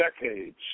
decades